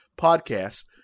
podcast